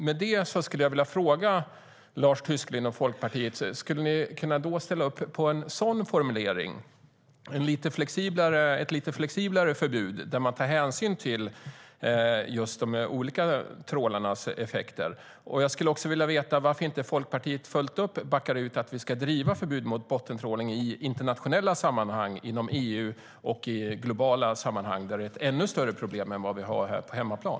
Med det sagt skulle jag vilja fråga Lars Tysklind och Folkpartiet: Skulle ni kunna ställa upp på en sådan formulering - ett lite flexiblare förbud där man tar hänsyn till just de olika trålarnas effekter? Jag skulle också vilja veta varför inte Folkpartiet fullt ut backar upp att vi ska driva förbud mot bottentrålning i internationella sammanhang inom EU och i globala sammanhang där det är ett ännu större problem än här på hemmaplan.